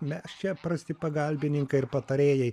mes čia prasti pagalbininkai ir patarėjai